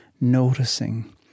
noticing